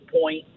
point